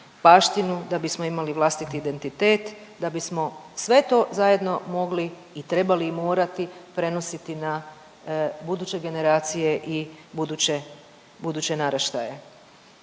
baštinu da bismo imali vlastiti identitet da bismo sve to zajedno mogli i trebali i morati prenositi na buduće generacije i buduće, buduće naraštaje.